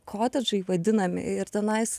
kotedžai vadinami ir tenais